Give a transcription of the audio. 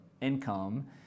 income